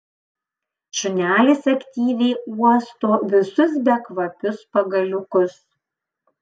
šunelis aktyviai uosto visus bekvapius pagaliukus